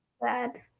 bad